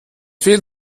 fehlt